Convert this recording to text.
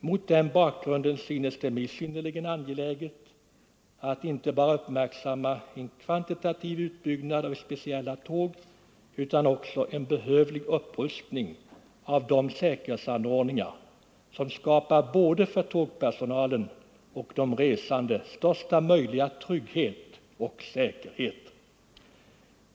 Mot den bakgrunden synes det mig synnerligen angeläget att inte bara uppmärksamma en kvantitativ utbyggnad av speciella tåg utan också en behövlig upprustning av de säkerhetsanordningar som skapar största möjliga trygghet och säkerhet både för tågpersonalen och för de resande.